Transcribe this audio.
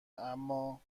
اما